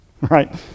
right